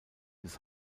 des